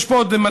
יש פה עוד,